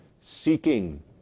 seeking